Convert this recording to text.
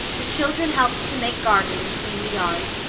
the children helped to make garden and clean the yard.